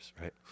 right